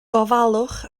gofalwch